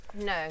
No